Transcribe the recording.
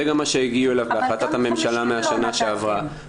זה גם מה שהגיעו אליו בהחלטת הממשלה משנה שעברה.